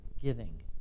Giving